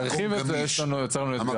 להרחיב את זה, יוצר לנו אתגר.